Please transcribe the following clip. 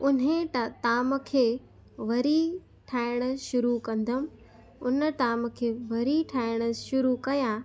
हुन त ताम खे वरी ठाहिण शुरू कंदमि हुन ताम खे वरी ठाहिण शुरू कया